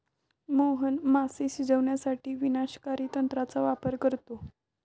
मोहन मासे शिजवण्यासाठी विनाशकारी तंत्राचा वापर करतो